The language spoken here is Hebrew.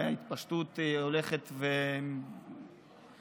וההתפשטות הולכת ומתפשטת,